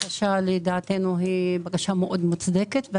ולדעתנו זאת בקשה מאוד מוצדקת.